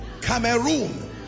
Cameroon